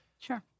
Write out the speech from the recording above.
Sure